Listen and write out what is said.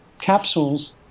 capsules